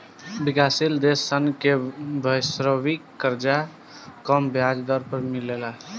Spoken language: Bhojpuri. विकाशसील देश सन के वैश्विक कर्जा कम ब्याज दर पर भी मिलेला